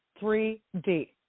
3D